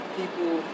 people